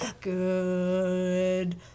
Good